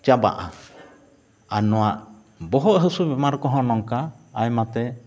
ᱪᱟᱵᱟᱜᱼᱟ ᱟᱨ ᱱᱚᱣᱟ ᱵᱚᱦᱚᱜ ᱦᱟᱹᱥᱩ ᱵᱮᱢᱟᱨ ᱠᱚᱦᱚᱸ ᱟᱭᱢᱟ ᱱᱚᱝᱠᱟᱛᱮ